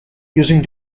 using